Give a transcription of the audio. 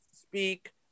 speak